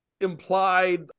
implied